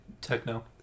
techno